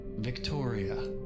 Victoria